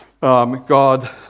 God